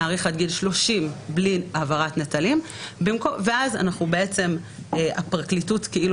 נאריך עד גיל 30 בלי העברת נטלים ואז הפרקליטות כאילו